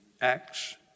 Acts